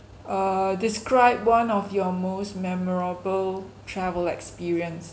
err describe one of your most memorable travel experience